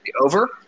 over